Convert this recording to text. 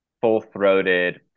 full-throated